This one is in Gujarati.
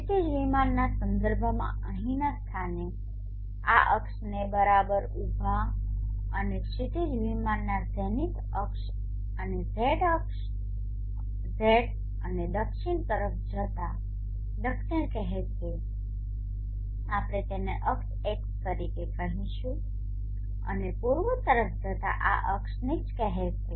ક્ષિતિજ વિમાનના સંદર્ભમાં અહીંના સ્થાને આ અક્ષને બરાબર ઉભા અપને ક્ષિતિજ વિમાનમાં ઝેનિથ અક્ષ અને ઝેડ અને દક્ષિણ તરફ જતાં દક્ષિણ કહેવામાં આવે છે આપણે તેને અક્ષ એસ તરીકે કહીશું અને પૂર્વ તરફ જતા આ અક્ષને જ કહેવામાં આવે છે